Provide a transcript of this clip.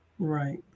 right